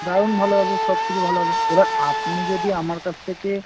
দারুণ ভালো হবে সব কিছু ভালো হবে এবার আপনি যদি আমার কাছ থেকে